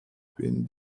between